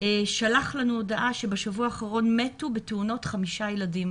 שלח לנו הודעה שבשבוע האחרון מתו בתאונות חמישה ילדים.